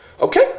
okay